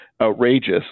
outrageous